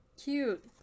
Cute